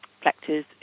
collectors